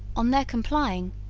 on their complying,